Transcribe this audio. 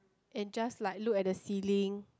and just like look at the ceiling